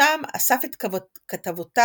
שם אסף את כתבותיו